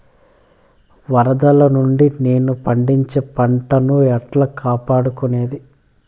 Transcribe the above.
వరదలు నుండి నేను పండించే పంట ను ఎట్లా కాపాడుకునేది?